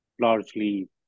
largely